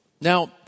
Now